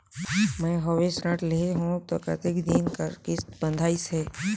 मैं हवे ऋण लेहे हों त कतेक दिन कर किस्त बंधाइस हे?